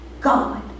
God